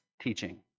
teaching